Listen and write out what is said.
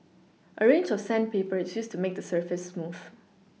a range of sandpaper is used to make the surface smooth